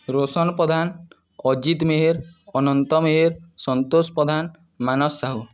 Roshan Pradhan Ajit Meher Anant Meher Santosh Pradhan Manas Sahu